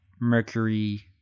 Mercury